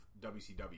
WCW